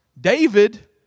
David